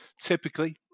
typically